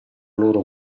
loro